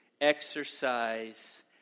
Exercise